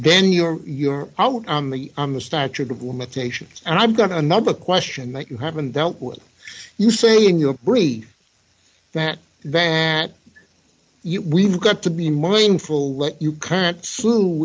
then you're you're out on the on the statute of limitations and i've got another question that you haven't dealt with you say in your brief that that we've got to be mindful let you c